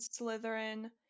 slytherin